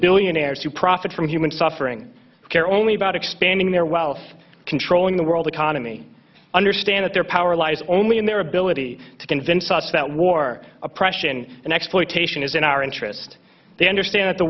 billionaires who profit from human suffering care only about expanding their wealth controlling the world economy understand that their power lies only in their ability to convince us that war oppression and exploitation is in our interest they understand th